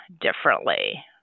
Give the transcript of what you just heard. differently